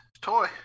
toy